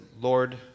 Lord